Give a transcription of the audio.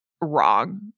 wrong